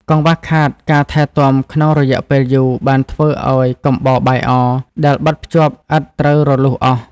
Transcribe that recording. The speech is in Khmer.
កង្វះខាតការថែទាំក្នុងរយៈពេលយូរ បានធ្វើឱ្យកំបោរបាយអដែលបិទភ្ជាប់ឥដ្ឋត្រូវរលុះអស់។